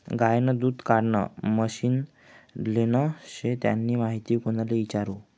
गायनं दूध काढानं मशीन लेनं शे त्यानी माहिती कोणले इचारु?